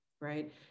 Right